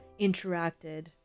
interacted